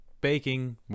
baking